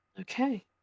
okay